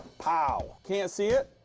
pow. can't see it.